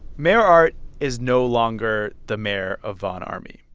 mayor art is no longer the mayor of ah ormy,